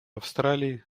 австралии